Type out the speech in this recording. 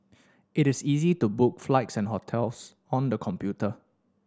it is easy to book flights and hotels on the computer